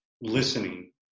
listening